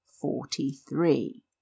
forty-three